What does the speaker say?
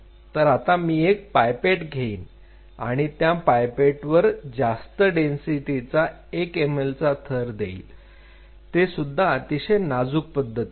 तर आता मी एक पायपेट घेईल त्या पायपेटवर जास्त डेन्सिटीचा 1 ml चा थर देइल ते सुद्धा अतिशय नाजूक पद्धतीने